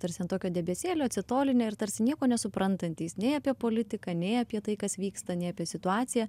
tarsi ant tokio debesėlio atsitolinę ir tarsi nieko nesuprantantys nei apie politiką nei apie tai kas vyksta nei apie situaciją